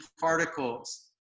particles